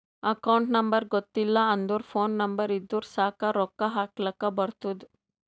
account number ಗೊತ್ತಿಲ್ಲ ಅಂದುರ್ phone number ಇದ್ದುರ್ ಸಾಕ್ ರೊಕ್ಕಾ ಹಾಕ್ಲಕ್ ಬರ್ತುದ್